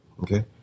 Okay